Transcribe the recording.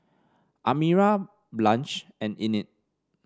Amira Blanch and Enid